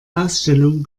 ausstellung